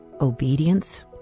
Obedience